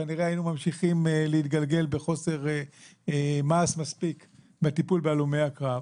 כנראה היינו ממשיכים להתגלגל בחוסר מעש מספק בטיפול בהלומי הקרב.